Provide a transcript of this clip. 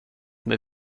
med